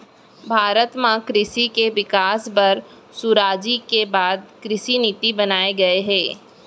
भारत म कृसि के बिकास बर सुराजी के बाद कृसि नीति बनाए गये हे